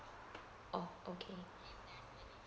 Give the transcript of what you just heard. oh okay